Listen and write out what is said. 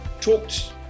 talked